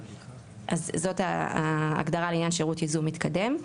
אז זאת ההגדרה לעניין שירות ייזום מתקדם.